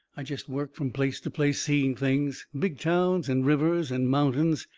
i jest worked from place to place seeing things big towns and rivers and mountains.